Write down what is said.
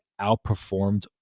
outperformed